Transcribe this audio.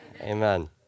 Amen